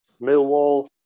Millwall